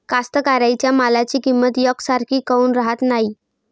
कास्तकाराइच्या मालाची किंमत यकसारखी काऊन राहत नाई?